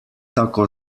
tako